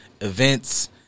events